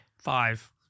Five